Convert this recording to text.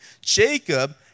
Jacob